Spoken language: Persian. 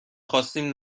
خواستیم